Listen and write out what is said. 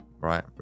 right